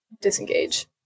disengage